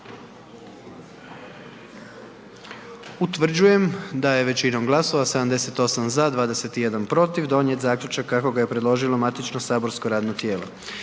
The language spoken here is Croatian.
Utvrđujem da je većinom glasova, 78 za, 21 protiv donijet zaključak kako ga je predložilo matično saborsko radno tijelo.